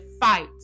fight